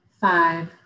five